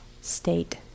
state